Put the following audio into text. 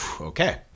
okay